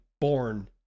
born